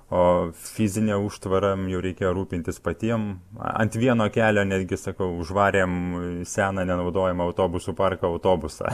o fizine užtvara jau reikia rūpintis patiem ant vieno kelio netgi sakau užvarėm seną nenaudojamą autobusų parko autobusą